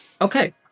Okay